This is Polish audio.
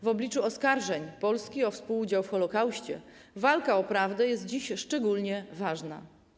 W obliczu oskarżeń Polski o współudział w holokauście walka o prawdę jest dziś szczególnie ważna.